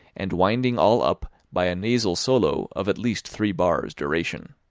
and winding all up by a nasal solo of at least three bars' duration.